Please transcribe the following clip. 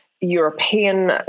European